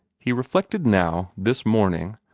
he reflected now, this morning,